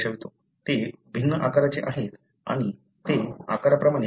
ते भिन्न आकाराचे आहेत आणि ते आकाराप्रमाणे वेगळे आहेत